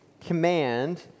command